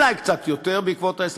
אולי קצת יותר בעקבות ההסכם,